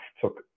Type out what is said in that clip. took